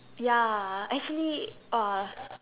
ya actually !wah!